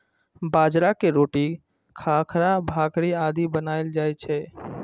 बाजरा के रोटी, खाखरा, भाकरी आदि बनाएल जाइ छै